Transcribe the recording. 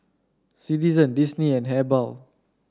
Citizen Disney and Habhal